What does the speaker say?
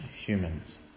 humans